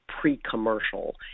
pre-commercial